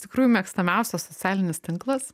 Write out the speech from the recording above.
tikrųjų mėgstamiausias socialinis tinklas